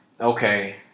okay